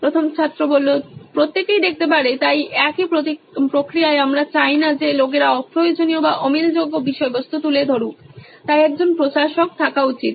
প্রথম ছাত্র প্রত্যেকেই দেখতে পারে তাই একই প্রক্রিয়ায় আমরা চাই না যে লোকেরা অপ্রয়োজনীয় বা অমিলযোগ্য বিষয়বস্তু তুলে ধরুক তাই একজন প্রশাসক থাকা উচিত